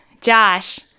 Josh